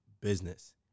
business